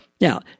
Now